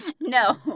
no